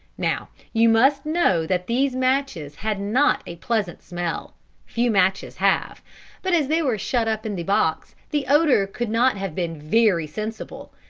now, you must know that these matches had not a pleasant smell few matches have but as they were shut up in the box, the odour could not have been very sensible.